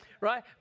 Right